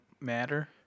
matter